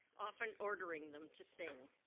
often ordering them to sing.